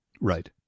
Right